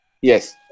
Yes